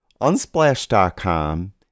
Unsplash.com